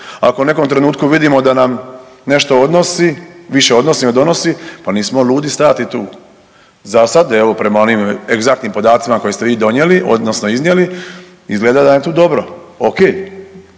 Ako u nekom trenutku vidimo da nam nešto odnosi, više odnosi nego donosi pa nismo ludi stajati tu. Za sada evo prema onim egzaktnim podacima koje ste vi donijeli odnosno iznijeli izgleda da nam je tu dobro, ok,